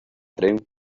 tren